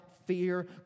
Fear